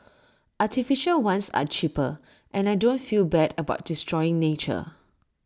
artificial ones are cheaper and I don't feel bad about destroying nature